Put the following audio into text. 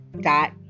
dot